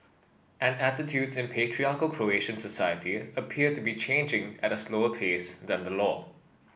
and attitudes in patriarchal Croatian society appear to be changing at a slower pace than the law